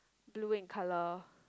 blue in colour